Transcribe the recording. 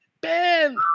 Ben